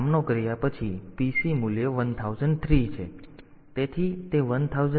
તેથી આ સૂચનાનો સામનો કર્યા પછી PC મૂલ્ય 1003 છે